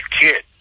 kid